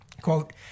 Quote